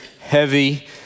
heavy